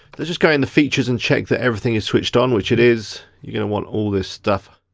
let's just go into features and check that everything is switched on, which it is. you're gonna want all this stuff,